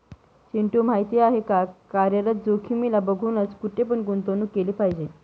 चिंटू माहिती आहे का? कार्यरत जोखीमीला बघूनच, कुठे पण गुंतवणूक केली पाहिजे